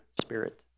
Spirit